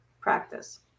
practice